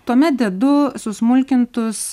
tuomet dedu susmulkintus